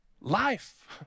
life